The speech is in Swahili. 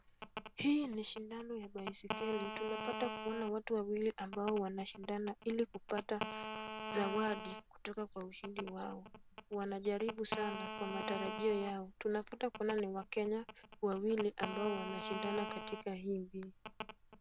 Hii ni shindano ya baiskeli. Tunapata kuona watu wawili ambao wanashindana ili kupata zawadi kutoka kwa ushindi wao. Wanajaribu sana kwa matarajio yao. Tunapata kuona ni wakenya wawili ambao wanashindana katika hii mbio.